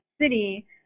city